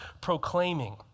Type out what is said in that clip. proclaiming